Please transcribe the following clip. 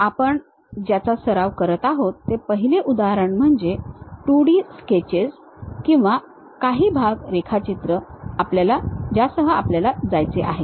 तर आपण ज्याचा सराव करत आहोत ते पहिले उदाहरण म्हणजे 2D स्केचेस किंवा काही भाग रेखाचित्र ज्यासह आपल्याला जायचे आहे